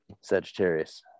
sagittarius